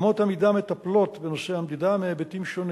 אמות המידה מטפלות בנושא המדידה מהיבטים שונים.